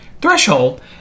threshold